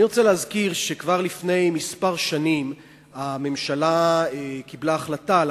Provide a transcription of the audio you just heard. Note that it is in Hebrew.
אני רוצה להזכיר שכבר לפני כמה שנים הממשלה קיבלה החלטה על